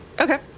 Okay